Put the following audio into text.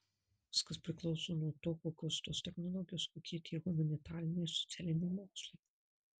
viskas priklauso nuo to kokios tos technologijos kokie tie humanitariniai ir socialiniai mokslai